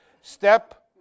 Step